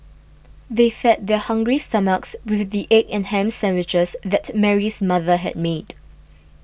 they fed their hungry stomachs with the egg and ham sandwiches that Mary's mother had made